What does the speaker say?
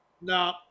No